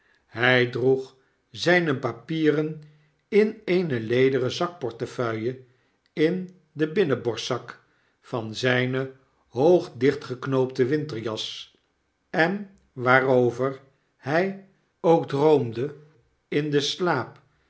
hy droeg zyne papieren in eene lederen zakportefeuille in den binnenborstzak van zyne hoog dichtgeknoopte winterjas en waarover hy ook droomde in den slaap